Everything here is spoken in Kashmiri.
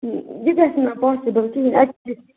یہِ گژھِ نہٕ پاسِبُل کِہیٖنۍ اَسہِ گژھِ